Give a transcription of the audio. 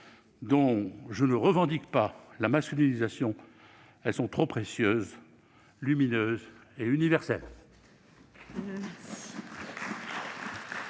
dont je ne revendique pas la masculinisation ! Ces valeurs sont trop précieuses, lumineuses et universelles.